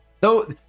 Though-